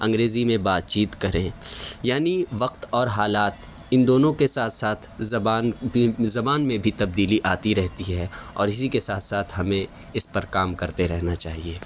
انگریزی میں بات چیت کریں یعنی وقت اور حالات ان دونوں کے ساتھ ساتھ زبان بھی زبان میں بھی تبدیلی آتی رہتی ہے اور اسی کے ساتھ ساتھ ہمیں اس پر کام کرتے رہنا چاہیے